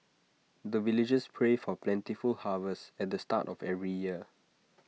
the villagers pray for plentiful harvest at the start of every year